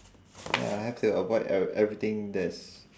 wait ah I have to avoid ever~ everything that's